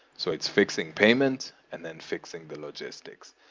so it's fixing payments, and then fixing the logistics.